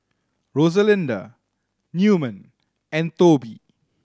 Rosalinda Newman and Toby